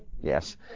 Yes